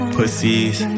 Pussies